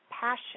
passion